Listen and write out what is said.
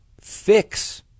fix